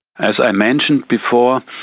as i mentioned before,